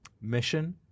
mission